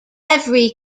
every